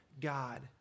God